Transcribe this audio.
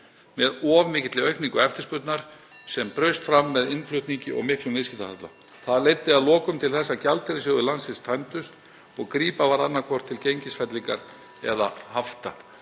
með of mikilli aukningu eftirspurnar er braust fram með innflutningi og miklum viðskiptahalla. Það leiddi að lokum til þess að gjaldeyrissjóðir landsins tæmdust, grípa varð annaðhvort til gengisfellingar eða hafta